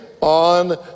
on